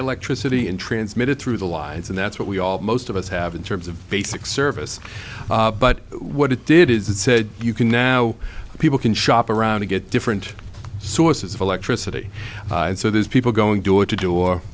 electricity and transmitted through the lies and that's what we all most of us have in terms of basic service but what it did is it said you can now people can shop around to get different sources of electricity and so there's people going door to door